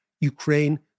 Ukraine